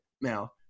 now